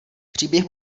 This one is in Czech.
příběh